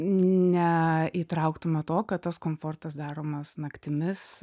ne įtrauktume to kad tas komfortas daromas naktimis